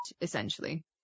essentially